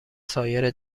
سایر